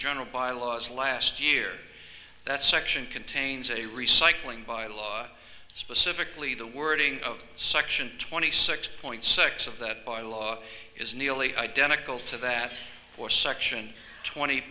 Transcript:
general bylaws last year that section contains a recycling by law specifically the wording of section twenty six point six of that by law is nearly identical to that for section twenty